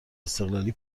استقلالی